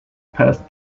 passed